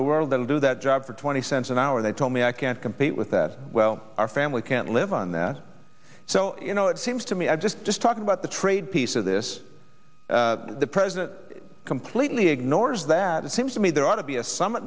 the world that would do that job for twenty cents an hour they told me i can't compete with that well our family can't live on that so you know it seems to me i just just talking but the trade piece of this the president completely ignores that it seems to me there ought to be a s